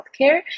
healthcare